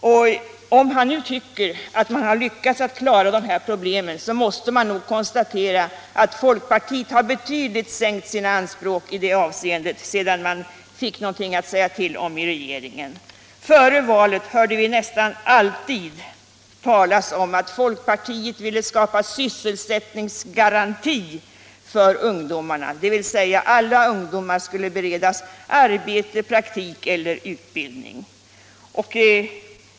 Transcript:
Om han nu tycker att man lyckats klara de här problemen så måste jag nog konstatera att folkpartiet betydligt har sänkt sina anspråk i det här avseendet sedan partiet fick någonting att säga till om i regeringen. Före valet hörde vi nästan alltid talas om att folkpartiet ville skapa sysselsättningsgaranti för ungdomen, dvs. att alla ungdomar skulle beredas arbete, praktik eller utbildning.